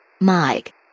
Mike